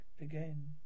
again